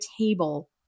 table